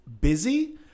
busy